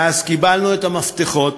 מאז קיבלנו את המפתחות